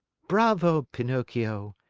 bravo, pinocchio!